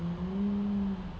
oh